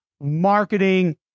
marketing